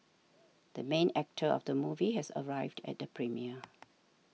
the main actor of the movie has arrived at the premiere